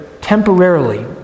Temporarily